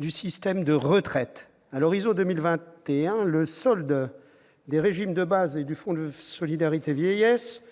du système de retraites. À l'horizon de 2021, le solde des régimes de base et du Fonds de solidarité vieillesse,